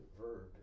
verb